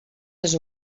les